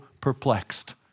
perplexed